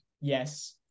Yes